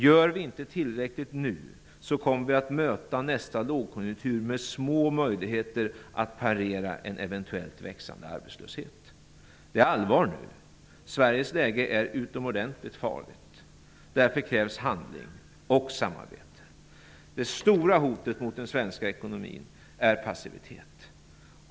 Gör vi inte tillräckligt nu kommer vi att möta nästa lågkonjunktur med små möjligheter att parera en eventuellt växande arbetslöshet. Det är allvar nu. Sveriges läge är utomordentligt farligt. Därför krävs handling och samarbete. Det stora hotet mot den svenska ekonomin är passivitet.